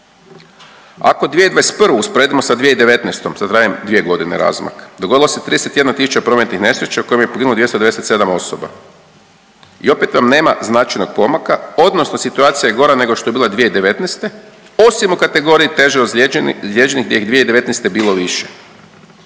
Ako 2021. usporedimo sa 2019. sad radim dvije godine razmak, dogodila se 31.000 prometnih nesreća u kojem je poginulo 297 osoba. I opet vam nema značajnog pomaka odnosno situacija je gora nego što je bila 2019., osim u kategoriji teže ozlijeđenih gdje ih je 2019. bilo više.